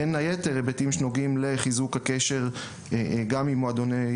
בין היתר היבטים שנוגעים לחיזוק הקשר גם עם המועדונים,